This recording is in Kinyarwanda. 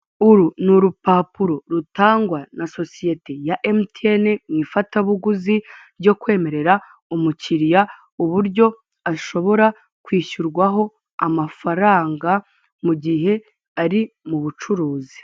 Uru ni urupapuro rutangwa na sosiyete ya emutiyene mu ifatabuguzi ryo kwemerera umukiriya uburyo ashobora kwishyurwaho amafaranga mu gihe ari mu bucuruzi.